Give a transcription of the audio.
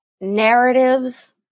narratives